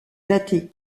datées